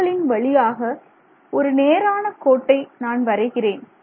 இவைகளின் வழியாக ஒரு நேரான கோட்டை நான் வரைகிறேன்